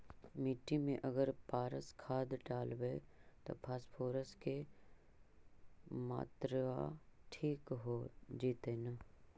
मिट्टी में अगर पारस खाद डालबै त फास्फोरस के माऋआ ठिक हो जितै न?